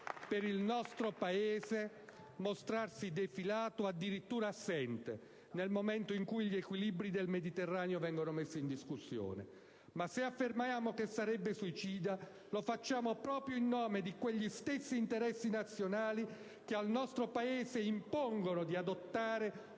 per il nostro Paese mostrarsi defilato o addirittura assente nel momento in cui gli equilibri del Mediterraneo vengono messi in discussione Ma se affermiamo che sarebbe suicida, lo facciamo proprio in nome di quegli stessi interessi nazionali che al nostro Paese impongono di adottare